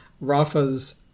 Rafa's